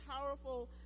powerful